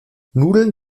nudeln